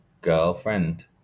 girlfriend